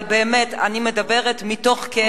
אבל באמת אני מדברת מתוך כאב,